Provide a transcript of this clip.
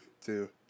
two